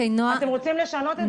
אתם רוצים לשנות?